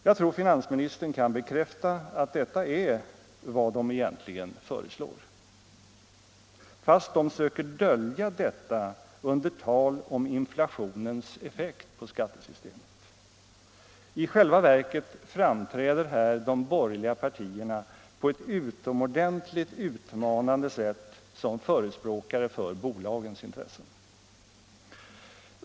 Jag tror finansministern kan bekräfta att detta är vad de egentligen föreslår, fast de söker dölja detta under tal om inflationens effekt på skattesystemet. I själva verket framträder här de borgerliga partierna på ett utomordentligt utmanande sätt som förespråkare för bolagens intressen.